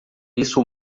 isso